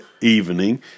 evening